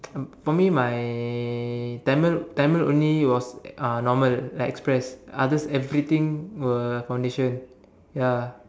um for me my Tamil Tamil only was uh normal like express others everything were foundation ya